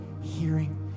hearing